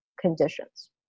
conditions